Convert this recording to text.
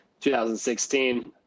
2016